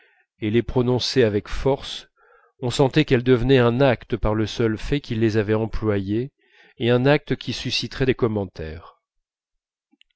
et les prononçait avec force on sentait qu'elles devenaient un acte par le seul fait qu'il les avait employées et un acte qui susciterait des commentaires